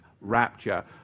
rapture